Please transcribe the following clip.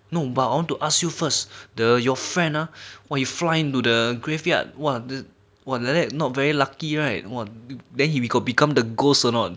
no but I want to ask you first the your friend ah when you fly to the graveyard !wah! the !wah! like that not very lucky right !wah! then he got become the ghost or not